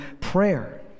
prayer